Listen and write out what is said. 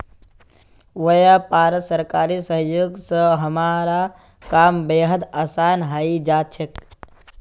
व्यापारत सरकारी सहयोग स हमारा काम बेहद आसान हइ जा छेक